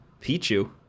Pichu